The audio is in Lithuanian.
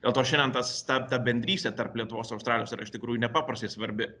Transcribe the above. dėl to šiandien tas ta ta bendrystė tarp lietuvos ir australijos yra iš tikrųjų nepaprastai svarbi